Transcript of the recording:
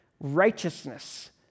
righteousness